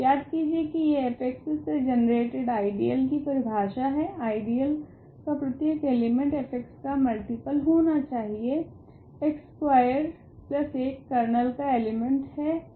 याद कीजिए की यह f से जनरेटेड आइडियल की परिभाषा है आइडियल का प्रत्येक एलिमेंट f का मल्टिपल होना चाहिए x स्कूयार्ड 1 कर्नल का एलिमेंट हैं